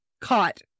caught